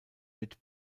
mit